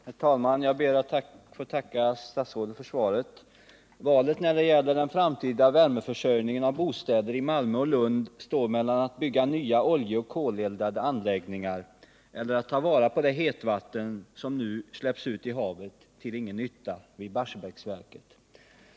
Herr talman! Jag ber att få tacka statsrådet för svaret på min fråga. Valet när det gäller den framtida värmeförsörjningen för bostäder i Malmö och Lund står mellan att bygga nya oljeoch koleldade anläggningar och att ta vara på det hetvatten som nu släpps ut i havet till ingen nytta vid Barsebäcksverket.